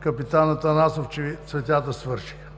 капитан Атанасов, че цветята свършиха